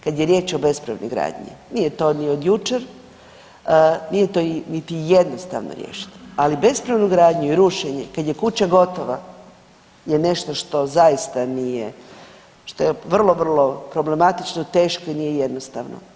Kada je riječ o bespravnoj gradnji, nije to ni od jučer, nije to niti jednostavno riješiti, ali bespravnu gradnju i rušenje kada je kuća gotova je nešto što zaista nije, što je vrlo, vrlo problematično, teško i nije jednostavno.